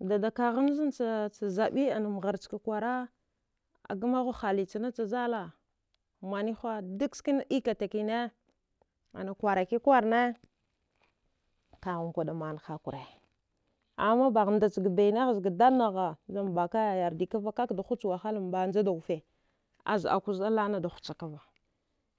Adadakaghanzancha zabimgharchka kwakwara agmaghu halichnaach zala maniwha dak skina ikatakine ana kwarakikwarna kaghankwada manhakure amma baghndachga bainagh zga dadnagha zan bakaya yardikava kakda huchwahalan banja dawufe azəakuzəa laənada huchakava